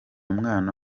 umwana